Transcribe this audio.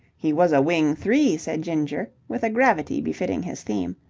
he was a wing-three, said ginger with a gravity befitting his theme.